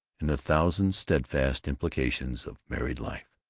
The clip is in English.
and the thousand steadfast implications of married life.